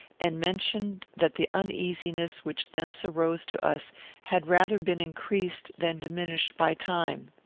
and mentioned that the uneasiness which thence arose to us had rather been increased than diminished by time.